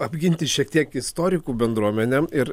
apginti šiek tiek istorikų bendruomenę ir